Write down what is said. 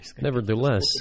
Nevertheless